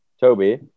Toby